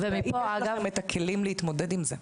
ומה לגבי הכלים להתמודד עם זה?